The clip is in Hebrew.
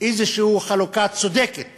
איזושהי חלוקה צודקת